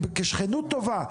כשכנות טובה,